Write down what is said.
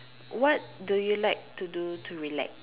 what do you like to do to relax